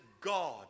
God